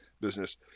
business